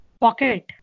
pocket